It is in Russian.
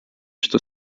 что